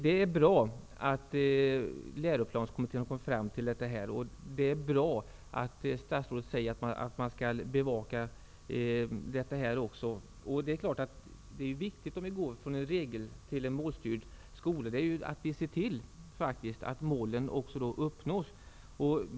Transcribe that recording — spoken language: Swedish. Det är bra att läroplanskommittén har kommit fram till detta, och det är bra att statsrådet säger att den här frågan skall bevakas. Om vi går från en regelstyrd till en målstyrd skola är det viktigt att vi ser till att målen också uppnås.